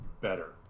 better